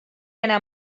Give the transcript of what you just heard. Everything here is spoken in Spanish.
ana